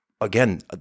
again